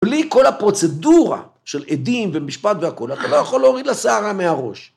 בלי כל הפרוצדורה של עדים ומשפט והכול, אתה לא יכול להוריד לה שערה מהראש.